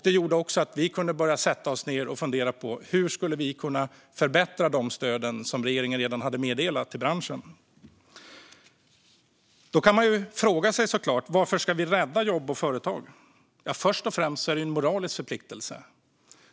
Det gjorde också att vi kunde börja fundera på hur vi skulle kunna förbättra de stöd som regeringen redan hade meddelat till branschen. Då kan man fråga sig: Varför ska vi då rädda jobb och företag? Ja, först och främst är det en moralisk förpliktelse.